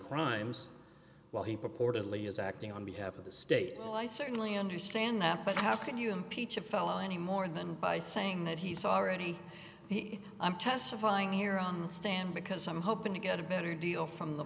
crimes while he purportedly is acting on behalf of the state well i certainly understand that but how can you impeach a fellow any more than by saying that he's already he i'm testifying here on the stand because i'm hoping to get a better deal from the